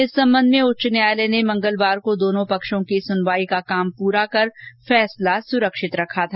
इस संबंध में उच्च न्यायालय ने मंगलवार को दोनों पक्षों की सनवाई का काम पुरा कर फैसला सुरक्षित रखा था